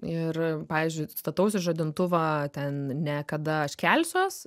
ir pavyzdžiui statausi žadintuvą ten niekada aš kelsiuos